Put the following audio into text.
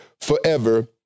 forever